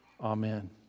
Amen